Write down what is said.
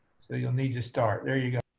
so you'll need to start. there you go.